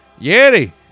Yeti